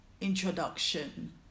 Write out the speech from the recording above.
introduction